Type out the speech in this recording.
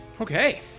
Okay